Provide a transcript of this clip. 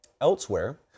Elsewhere